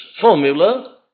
formula